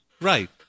right